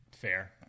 fair